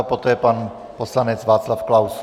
Poté pan poslanec Václav Klaus.